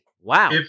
wow